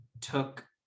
took